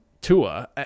Tua